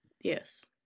Yes